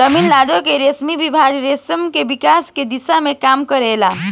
तमिलनाडु के रेशम विभाग रेशम के विकास के दिशा में काम करेला